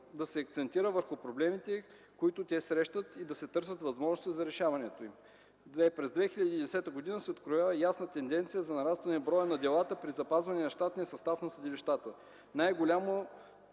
да се акцентира върху проблемите, които те срещат, и да се търсят възможности за решаването им. 2. През 2010 г. се откроява ясна тенденция за нарастване броя на делата при запазване на щатния състав на съдилищата. Най голямо